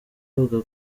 bavuga